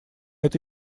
это